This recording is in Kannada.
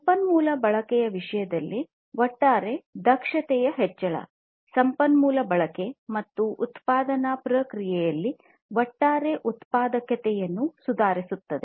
ಸಂಪನ್ಮೂಲ ಬಳಕೆಯ ವಿಷಯದಲ್ಲಿ ಒಟ್ಟಾರೆ ದಕ್ಷತೆಯ ಹೆಚ್ಚಳ ಸಂಪನ್ಮೂಲ ಬಳಕೆ ಮತ್ತು ಉತ್ಪಾದನಾ ಪ್ರಕ್ರಿಯೆಯಲ್ಲಿ ಒಟ್ಟಾರೆ ಉತ್ಪಾದಕತೆಯನ್ನು ಸುಧಾರಿಸುತ್ತದೆ